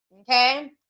okay